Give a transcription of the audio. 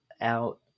out